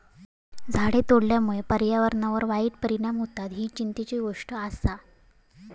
झाडे तोडल्यामुळे पर्यावरणावर वाईट परिणाम होतत, ही चिंतेची गोष्ट आसा